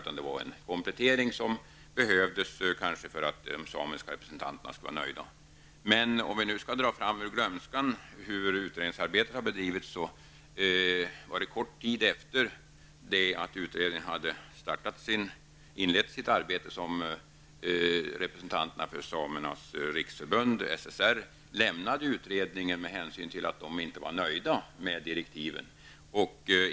Det var således en komplettering, som kanske behövdes för att de samiska representanterna skulle vara nöjda. Om vi nu skall dra fram ur glömskan hur utredningsarbetet har bedrivits kan man nämna att kort tid efter det att utredningen hade inlett sitt arbete lämnade representanter för Samernas riksförbund, SSR, utredningen därför att de inte var nöjda med direktiven.